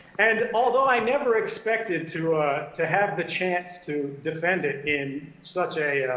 and although i never expected to ah to have the chance to defend it in such a